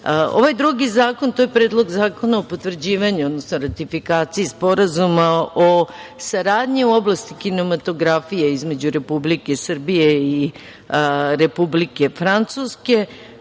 drugi zakon, to je Predlog zakona o potvrđivanju, odnosno ratifikaciji Sporazuma o saradnji u oblasti kinematografije između Republike Srbije i Republike Francuske.